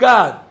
God